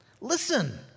Listen